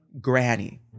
granny